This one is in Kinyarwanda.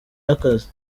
y’akazi